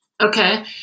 Okay